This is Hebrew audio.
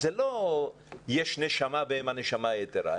זה לא שיש נשמה והם הנשמה היתרה.